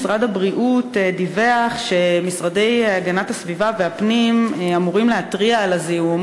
משרד הבריאות דיווח שמשרדי הגנת הסביבה והפנים אמורים להתריע על הזיהום